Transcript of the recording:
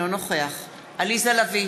אינו נוכח עליזה לביא,